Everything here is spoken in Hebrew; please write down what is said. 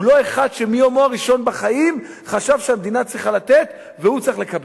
הוא לא אחד שמיומו הראשון בחיים חשב שהמדינה צריכה לתת והוא צריך לקבל.